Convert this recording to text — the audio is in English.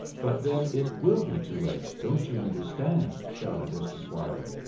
but then it will be too late, don't you understand? shouted mr. dwyer.